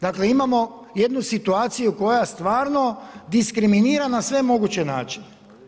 Dakle, imamo jednu situaciju koja stvarno diskriminira na sve moguće načine.